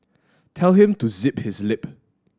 tell him to zip his lip